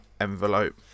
envelope